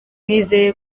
nizeye